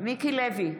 מיקי לוי,